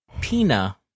Pina